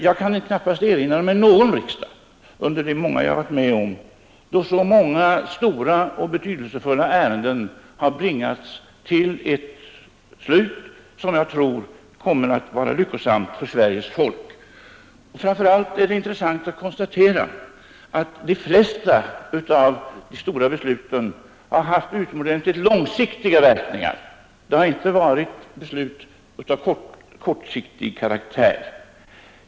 Jag kan knappast erinra mig någon riksdag bland de många jag varit med om, då så många stora och betydelsefulla ärenden bringats till ett slut som jag tror kommer att vara lyckosamt för Sveriges folk. Framför allt är det intressant att konstatera att de flesta av de stora besluten har haft utomordentligt långsiktiga verkningar; det har inte varit beslut av kortsiktig karaktär som fattats.